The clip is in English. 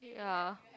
ya